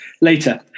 later